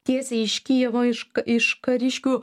tiesiai iš kijevo iš iš kariškių